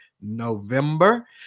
November